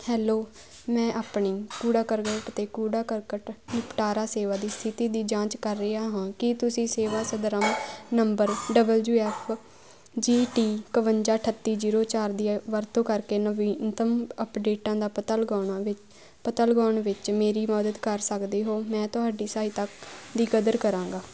hello ਮੈਂ ਆਪਣੀ ਕੂੜਾ ਕਰਕਟ ਅਤੇ ਕੂੜਾ ਕਰਕਟ ਨਿਪਟਾਰਾ ਸੇਵਾ ਦੀ ਸਥਿਤੀ ਦੀ ਜਾਂਚ ਕਰ ਰਿਹਾ ਹਾਂ ਕੀ ਤੁਸੀਂ ਸੇਵਾ ਸੰਦਰਭ number W F G T ਇਕਵੰਜਾ ਅਠੱਤੀ ਜੀਰੋ ਚਾਰ ਦੀ ਵਰਤੋਂ ਕਰਕੇ ਨਵੀਨਤਮ ਅਪਡੇਟਾਂ ਦਾ ਪਤਾ ਲਗਾਉਣਾ ਪਤਾ ਲਗਾਉਣ ਵਿੱਚ ਮੇਰੀ ਮਦਦ ਕਰ ਸਕਦੇ ਹੋ ਮੈਂ ਤੁਹਾਡੀ ਸਹਾਇਤਾ ਦੀ ਕਦਰ ਕਰਾਂਗਾ